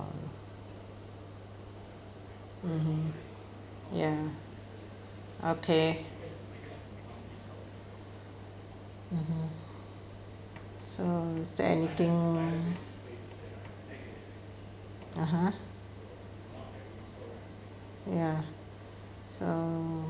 mmhmm ya okay mmhmm so is there anything (uh huh) ya so